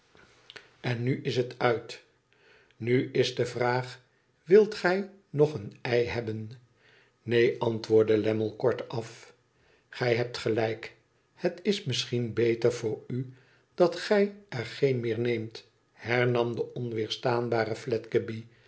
en nu is het uit nu is de vraag wilt gij nog een ei hebben ineen antwoordde lammie kortaf gij hebt gelijk het is misschien beter voor u dat gij er geen meer neemt hernam de onweerstaanbare